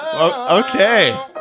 Okay